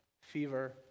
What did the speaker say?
fever